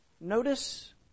Notice